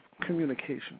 communication